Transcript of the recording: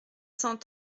cent